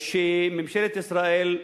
שממשלת ישראל,